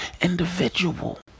individual